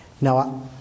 Now